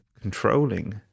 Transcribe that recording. controlling